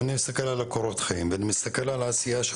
אם אני מסתכל על קורות החיים ואני מסתכל על העשייה של